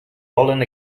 volen